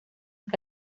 que